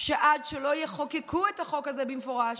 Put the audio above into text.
שעד שלא יחוקקו את החוק הזה במפורש,